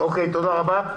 תודה רבה.